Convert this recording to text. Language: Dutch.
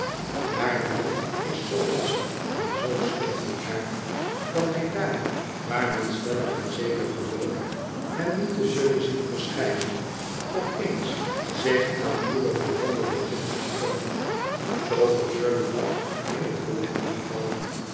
maar de man is z lastig en z slim van aard dat hij daar waar men stellig en zeker gelooft hem niet te zullen zien verschijnen op eens zich aan uwe verwonderde blikken vertoont zoo gebeurde dat in het volgende geval